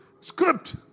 script